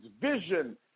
vision